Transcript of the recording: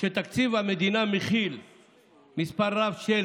כשתקציב המדינה מכיל מספר רב של